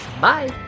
Bye